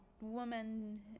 woman